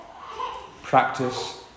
Practice